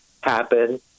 happen